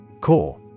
Core